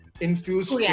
infused